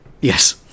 yes